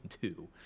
two